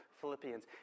Philippians